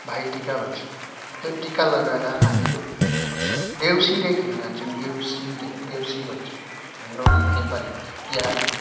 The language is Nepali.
भाइटिका भन्छ त्यो टिका लगाएर हामीहरू देउसुरे खेल्न जान्छौँ देउसुरे देउसी भन्छ हाम्रो नेपालीमा चाहिँ तिहारमा